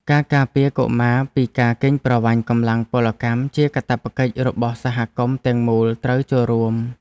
ការការពារកុមារពីការកេងប្រវ័ញ្ចកម្លាំងពលកម្មជាកាតព្វកិច្ចរបស់សហគមន៍ទាំងមូលត្រូវចូលរួម។